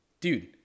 Dude